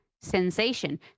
sensation